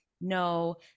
no